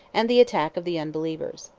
and the attack of the unbelievers.